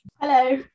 Hello